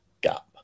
gap